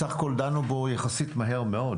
בסך הכל דנו בו מהר מאוד, יחסית.